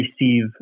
receive